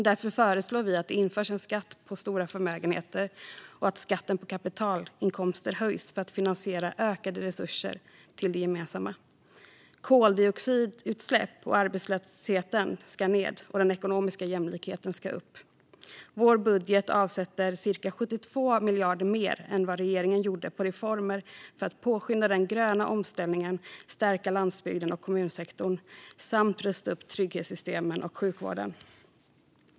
Därför föreslår vi att det införs en skatt på stora förmögenheter och att skatten på kapitalinkomster höjs för att finansiera ökade resurser till det gemensamma. Koldioxidutsläppen och arbetslösheten ska ned, och den ekonomiska jämlikheten ska upp. I vår budget avsätts cirka 72 miljarder kronor mer än vad regeringen gjorde på reformer för att påskynda den gröna omställningen, stärka landsbygden och kommunsektorn samt rusta upp trygghetssystemen och sjukvården.